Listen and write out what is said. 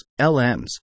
LMs